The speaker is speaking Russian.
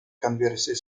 конвенцией